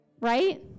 right